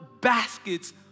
baskets